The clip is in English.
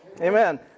Amen